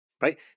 right